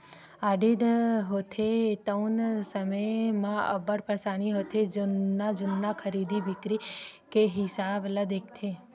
audit होथे तउन समे म अब्बड़ परसानी होथे जुन्ना जुन्ना खरीदी बिक्री के हिसाब ल देखथे